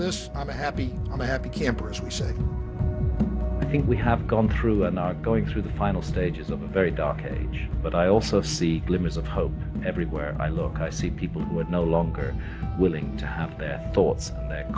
this i'm happy i'm a happy camper as we say i think we have gone through and i'm going through the final stages of the very dark age but i also see glimmers of hope everywhere i look i see people who are no longer willing to have their thoughts